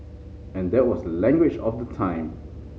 and that was the language of the time